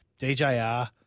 DJR